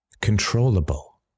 controllable